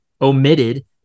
omitted